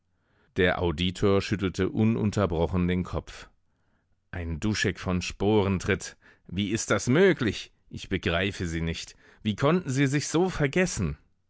der auditor schüttelte ununterbrochen den kopf ein duschek von sporentritt wie ist das möglich ich begreife sie nicht wie konnten sie sich so vergessen